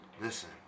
Listen